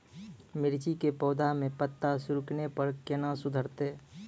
मिर्ची के पौघा मे पत्ता सिकुड़ने पर कैना सुधरतै?